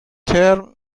turn